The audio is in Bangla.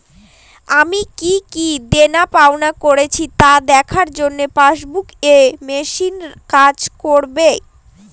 আমি কি কি দেনাপাওনা করেছি তা দেখার জন্য পাসবুক ই মেশিন কাজ করবে?